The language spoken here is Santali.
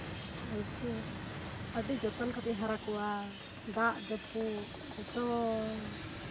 ᱩᱱᱠᱩ ᱟᱹᱰᱤ ᱡᱚᱛᱚᱱ ᱠᱟᱛᱮ ᱤᱧ ᱦᱟᱨᱟ ᱠᱚᱣᱟ ᱫᱟᱜ ᱡᱟᱹᱯᱩᱫ ᱡᱚᱛᱚ